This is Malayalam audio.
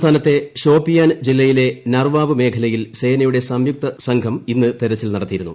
സംസ്ഥാനത്തെ ഷോപ്പിയാൻ ജില്ലയിലെ നർവാവ് മേഖലയിൽ സേനയുടെ സംയുക്ത സംഘം ഇന്ന് തെരച്ചിൽ നടത്തിയിരുന്നു